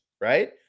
right